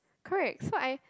correct so I